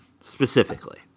specifically